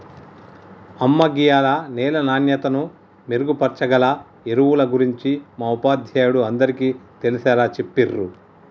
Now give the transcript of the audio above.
అమ్మ గీయాల నేల నాణ్యతను మెరుగుపరచాగల ఎరువుల గురించి మా ఉపాధ్యాయుడు అందరికీ తెలిసేలా చెప్పిర్రు